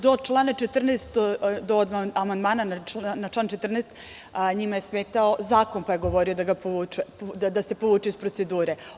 Do amandmana na član 14. njima je smetao zakon, pa su govorili da se povuče iz procedure.